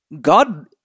god